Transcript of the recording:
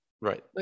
right